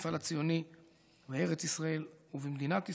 המפעל הציוני בארץ ישראל ובמדינת ישראל.